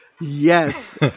Yes